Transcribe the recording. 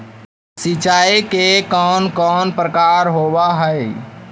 सिंचाई के कौन कौन प्रकार होव हइ?